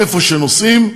איפה שנוסעים,